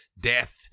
death